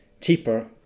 cheaper